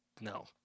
no